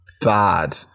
bad